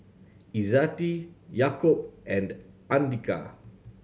Izzati Yaakob and Andika